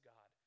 God